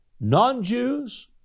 non-Jews